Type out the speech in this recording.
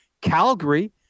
calgary